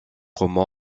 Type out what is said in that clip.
romans